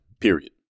period